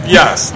yes